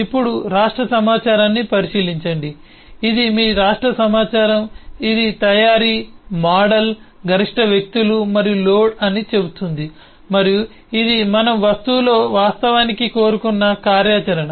ఇప్పుడు రాష్ట్ర సమాచారాన్ని పరిశీలించండి ఇది మీ రాష్ట్ర సమాచారం ఇది తయారీ మోడల్ గరిష్ట వ్యక్తులు మరియు లోడ్ అని చెబుతుంది మరియు ఇది మనము వస్తువులో వాస్తవానికి కోరుకున్న కార్యాచరణ